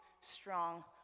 strong